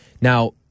Now